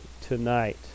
tonight